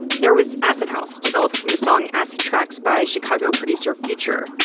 there was acid house, developed song acid trax by chicago producer phuture.